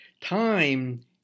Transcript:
Time